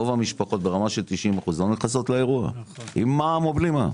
רוב המשפחות ברמה של 90% לא נכנסות לאירוע עם מע"מ או בל מע"מ.